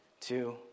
two